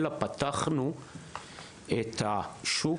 אלא פתחנו את השוק,